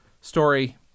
story